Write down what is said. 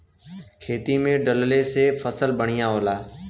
खेती में डलले से फसल बढ़िया होला